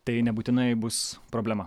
tai nebūtinai bus problema